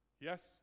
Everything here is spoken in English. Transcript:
Yes